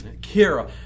Kira